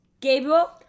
Gabriel